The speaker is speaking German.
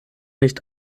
nicht